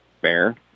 Fair